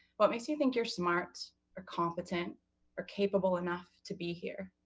what makes you think you're smart or competent or capable enough to be here?